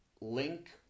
link